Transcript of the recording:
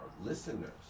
listeners